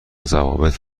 ضوابط